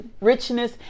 richness